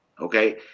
okay